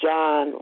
John